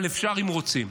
אבל אפשר, אם רוצים.